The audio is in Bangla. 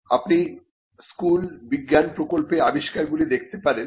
আপনি স্কুল বিজ্ঞান প্রকল্পে আবিষ্কারগুলি দেখতে পারেন